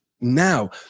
now